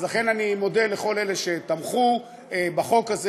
אז לכן אני מודה לכל אלה שתמכו בחוק הזה,